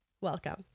Welcome